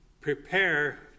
prepare